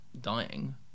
dying